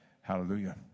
Hallelujah